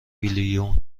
بیلیون